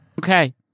Okay